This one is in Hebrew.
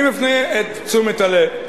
אני מפנה את תשומת הלב.